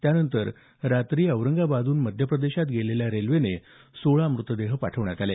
त्यानंतर रात्री औरंगाबादहून मध्यप्रदेशात गेलेल्या रेल्वेने सोळा मृतदेह पाठवण्यात आले